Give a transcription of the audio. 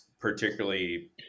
Particularly